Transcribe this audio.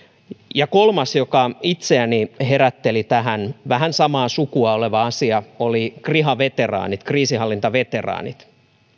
kolmas joka itseäni herätteli tähän oli vähän samaa sukua oleva asia kriha veteraanit kriisinhallintaveteraanit